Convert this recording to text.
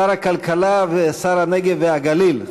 שר הכלכלה ושר הנגב והגליל,